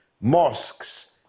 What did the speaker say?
mosques